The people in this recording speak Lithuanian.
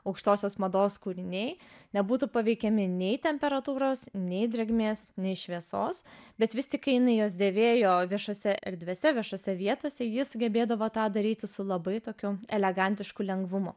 aukštosios mados kūriniai nebūtų paveikiami nei temperatūros nei drėgmės nei šviesos bet vis tik kai jinai juos dėvėjo viešose erdvėse viešose vietose ji sugebėdavo tą daryti su labai tokiu elegantišku lengvumu